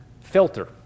filter